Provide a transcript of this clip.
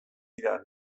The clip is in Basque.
dira